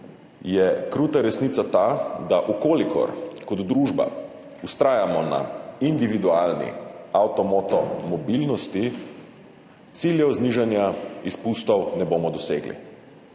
je kruta resnica ta, da če kot družba vztrajamo na individualni avto-moto mobilnosti, ciljev znižanja izpustov ne bomo dosegli,